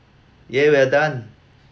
!yay! we're done